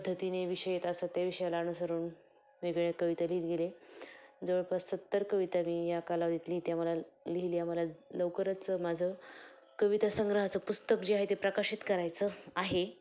पद्धतीने विषय येत असतात त्या विषयाला अनुसरून वेगवेगळ्या कविता लिहित गेले जवळपास सत्तर कविता मी या कालावधीत लिहिल्या मी त्या मला लिहिली आ मला लवकरच माझं कवितासंग्रहाचं पुस्तक जे आहे ते प्रकाशित करायचं आहे